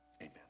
Amen